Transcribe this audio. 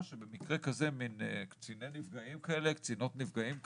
שבמקרה כזה מין קציני או קצינות נפגעים כאלה,